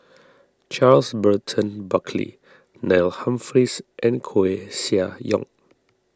Charles Burton Buckley Neil Humphreys and Koeh Sia Yong